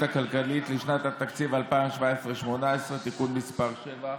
הכלכלית לשנות התקציב 2017 ו-2018) (תיקון מס' 7)